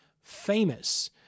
famous